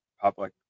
public